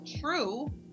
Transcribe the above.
true